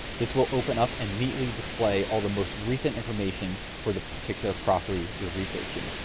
this will open up and neatly display all the most recent information for the particular properly you're researching.